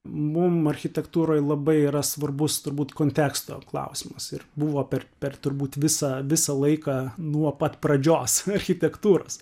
mum architektūroj labai yra svarbus turbūt konteksto klausimas ir buvo per per turbūt visą visą laiką nuo pat pradžios architektūros